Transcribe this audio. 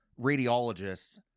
radiologists